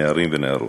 נערים ונערות.